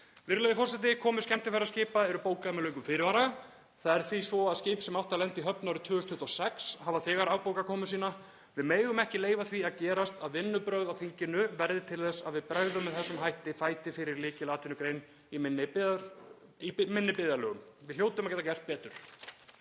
Virðulegi forseti. Komur skemmtiferðaskipa eru bókaðar með löngum fyrirvara. Það er því svo að skip sem áttu að lenda í höfn árið 2026 hafa þegar verið afbókuð. Við megum ekki leyfa því að gerast að vinnubrögð á þinginu verði til þess að við bregðum með þessum hætti fæti fyrir lykilatvinnugrein í minni byggðarlögum. Við hljótum að geta gert betur.